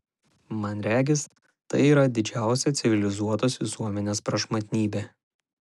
man regis tai yra didžiausia civilizuotos visuomenės prašmatnybė